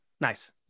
Nice